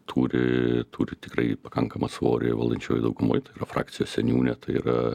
turi turi tikrai pakankamą svorį valdančiojoj daugumoj tai yra frakcijos seniūnė tai yra